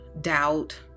doubt